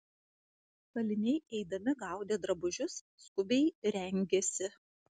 kaliniai eidami gaudė drabužius skubiai rengėsi